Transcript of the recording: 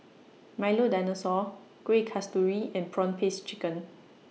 Milo Dinosaur Kueh Kasturi and Prawn Paste Chicken